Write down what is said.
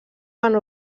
van